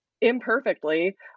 imperfectly